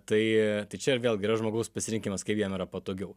tai tai čia ir vėlgi yra žmogaus pasirinkimas kaip jam yra patogiau